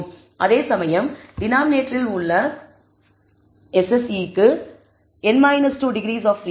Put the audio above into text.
அதேசமயம் டினாமினேட்டரில் உள்ள SSE க்கு n 2 டிகிரீஸ் ஆப் பிரீடம் உள்ளது